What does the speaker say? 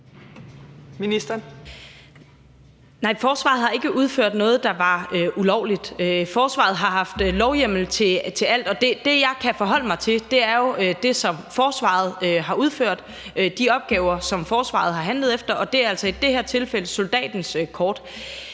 forsvaret har ikke udført noget, der var ulovligt. Forsvaret har haft lovhjemmel til alt, og det, jeg kan forholde mig til, er jo det, som forsvaret har udført, nemlig de opgaver, som forsvaret har handlet ud fra, og det er jo altså i det her tilfælde soldatens kort.